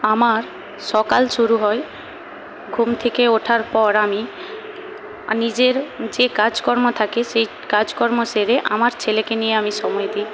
আমার সকাল শুরু হয় ঘুম থেকে ওঠার পর আমি নিজের যে কাজকর্ম থাকে সেই কাজকর্ম সেরে আমার ছেলেকে নিয়ে আমি সময় দিই